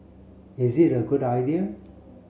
is it a good idea